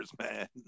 man